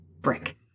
brick